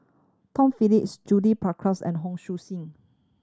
Tom Phillips Judith Prakash and Hon Sui Sen